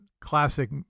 classic